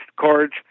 cards